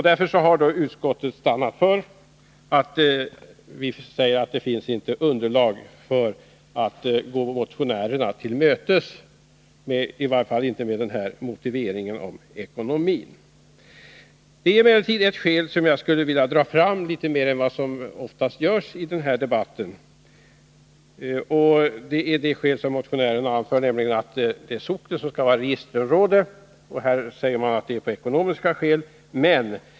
Därför har utskottet stannat för att uttala att det inte finns underlag för att gå motionärerna till mötes, i varje fall inte med motiveringen om ekonomin. Motionärerna ställer ett förslag som jag skulle vilja dra fram litet mer än man oftast gör i debatten, nämligen att socknen skall vara registerområde. Här föreslår man det av ekonomiska skäl.